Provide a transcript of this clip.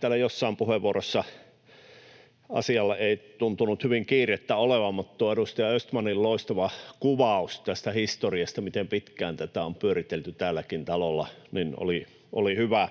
Täällä jossain puheenvuorossa asialla ei tuntunut hyvin kiirettä olevan, mutta edustaja Östmanin loistava kuvaus tästä historiasta, miten pitkään tätä on pyöritelty täälläkin talolla, oli hyvä,